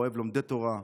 אוהב לומדי תורה,